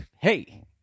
Hey